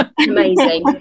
Amazing